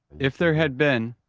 if there had been